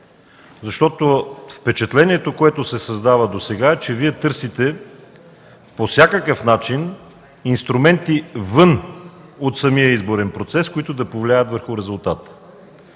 Защото впечатлението, което се създава досега, е, че Вие търсите по всякакъв начин и инструменти вън от самия изборен процес, които да повлияят върху резултата.